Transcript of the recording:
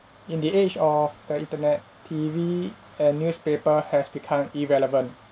in the age of the internet T_V and newspaper has become irrelevant